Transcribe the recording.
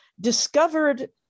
discovered